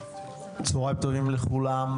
צוהריים טובים לכולם.